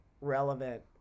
relevant